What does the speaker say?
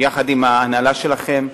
יחד עם ההנהלה שלכם.